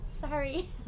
sorry